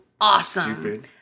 awesome